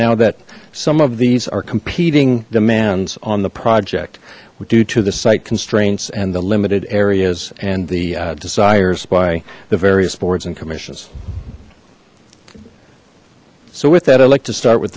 now that some of these are competing demands on the project we're due to the site constraints and the limited areas and the desires by the various boards and commissions so with that i'd like to start with